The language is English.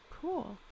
cool